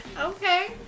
Okay